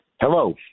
Hello